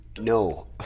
No